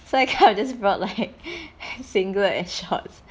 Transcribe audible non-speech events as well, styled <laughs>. so I kind of just brought like <laughs> singlet and shorts